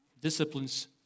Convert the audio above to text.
disciplines